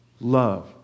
love